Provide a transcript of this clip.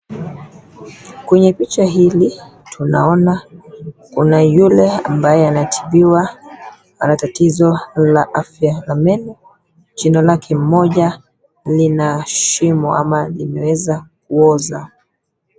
Kwenye picha hili, tunaona kuna yule ambaye anatibiwa. Ana tatizo la afya ya meno. Jino lake moja lina shimo ama limeweza kuoza.